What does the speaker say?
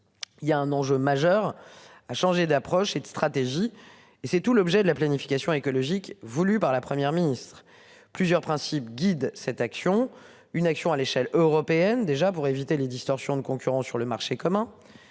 Il y a un enjeu majeur à changer d'approche et de stratégie et c'est tout l'objet de la planification écologique voulue par la Première ministre plusieurs principes guident cette action, une action à l'échelle européenne déjà pour éviter les distorsions de concurrence sur le marché commun.